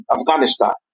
Afghanistan